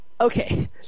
Okay